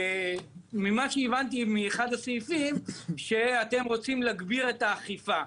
ממה שהבנתי מאחד הסעיפים הוא שאתם רוצים להגביר את האכיפה.